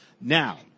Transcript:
Now